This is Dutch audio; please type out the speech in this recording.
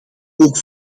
ook